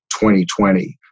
2020